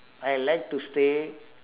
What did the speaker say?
I like to stay